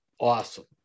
awesome